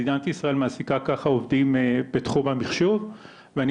מדינת ישראל מעסיקה ככה עובדים בתחום המחשוב ואני